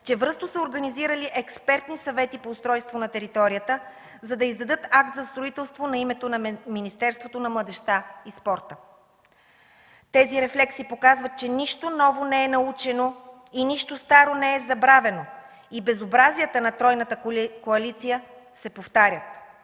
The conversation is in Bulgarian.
чевръсто са организирали експертни съвети по устройство на територията, за да издадат акт на строителство на името на Министерството на младежта и спорта. Тези рефлекси показват, че нищо ново не е научено и нищо старо не е забравено и безобразията на тройната коалиция се повтарят.